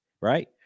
right